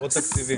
בוקר טוב.